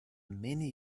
many